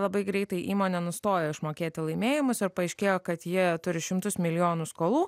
labai greitai įmonė nenustojo išmokėti laimėjimus ir paaiškėjo kad jie turi šimtus milijonų skolų